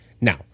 Now